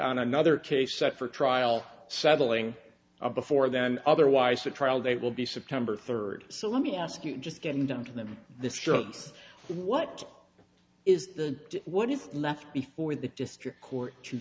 on another case set for trial settling before them otherwise the trial they will be september third so let me ask you just going down to them the stones what is the what if left before the district court to